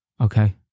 Okay